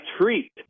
treat